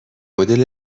مدل